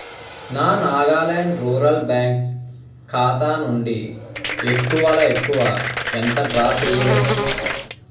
నా Nagaland rural bank ఖాతా నుండి ఎక్కువలో ఎక్కువ ఎంత డ్రా చేయవచ్చు